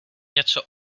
něco